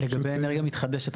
לגבי אנרגיה מתחדשת,